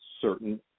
certain